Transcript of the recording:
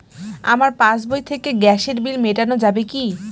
আমার পাসবই থেকে গ্যাসের বিল মেটানো যাবে কি?